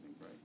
right